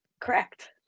Correct